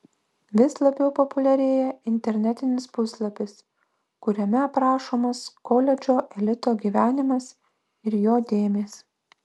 vis labiau populiarėja internetinis puslapis kuriame aprašomas koledžo elito gyvenimas ir jo dėmės